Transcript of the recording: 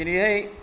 दिनैहाय